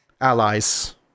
Allies